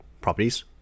Properties